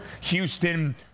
Houston